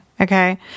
Okay